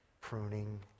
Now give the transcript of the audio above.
pruning